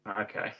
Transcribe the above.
Okay